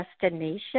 destination